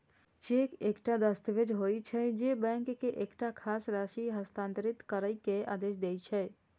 cheque एकटा दस्तावेज होइ छै, जे बैंक के एकटा खास राशि हस्तांतरित करै के आदेश दै छै